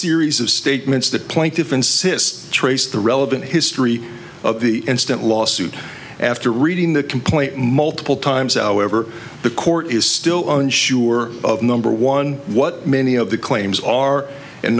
series of statements that plaintiff insists trace the relevant history of the instant lawsuit after reading the complaint multiple times our ever the court is still unsure of number one what many of the claims are and